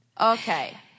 Okay